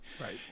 Right